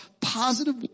positive